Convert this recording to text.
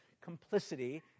complicity